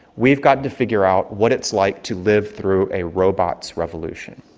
we've got to figure out what it's like to live through a robots revolution.